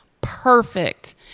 perfect